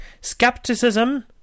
Skepticism